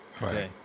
Right